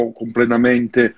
completamente